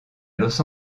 los